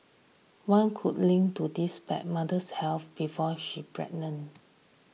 one could link to this back mother's health before she pregnant